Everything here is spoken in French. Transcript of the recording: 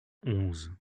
onze